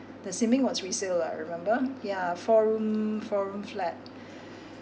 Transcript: the sin ming was resale lah remember yeah four room four room flat